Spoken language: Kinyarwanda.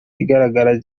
zigaragara